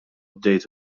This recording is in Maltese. bdejt